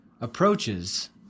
approaches